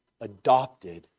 adopted